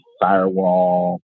firewall